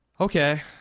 Okay